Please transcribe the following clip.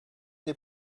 des